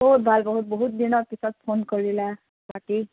বহুত ভাল বহুত বহুত দিনৰ পিছত ফোন কৰিলা বাকী